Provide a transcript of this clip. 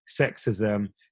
sexism